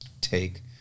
take